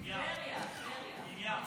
טבריה, טבריה.